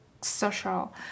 social